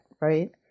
right